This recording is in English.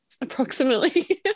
approximately